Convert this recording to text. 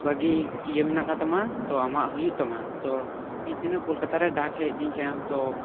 ᱵᱷᱟᱹᱜᱤ ᱤᱭᱟᱹ ᱢᱮᱱᱟᱜ ᱟᱠᱟᱫ ᱛᱟᱢᱟ ᱛᱚ ᱟᱢᱟᱜ ᱦᱩᱭᱜ ᱛᱟᱢᱟ ᱛᱚ ᱢᱤᱫ ᱫᱤᱱᱚᱜ ᱠᱳᱞᱠᱟᱛᱟᱨᱮ ᱰᱟᱠ ᱦᱮᱡ ᱟᱫᱤᱧ ᱛᱟᱦᱮᱸᱫᱼᱟ ᱛᱚ